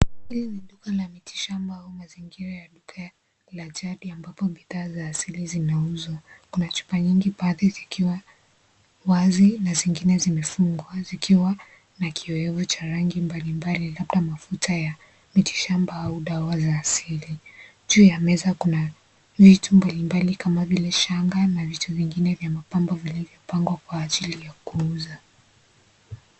Hili ni duka la mitishamba au mazicha ngira ya duka la jadi ambapo bidhaa za asili zinauzwa kuna chupa nyingi pale zikiwa wazi na zingine zimefungwa zikiwa na kiowevu cha rangi mbali mbali labda mafuta ya mitishamba au dawa za asili , juu ya meza kuna shanga na vitu vingine vya mapambo vilivyopangwa kwa ajili ya kuuza.